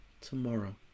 tomorrow